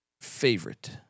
favorite